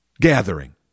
gathering